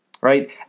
right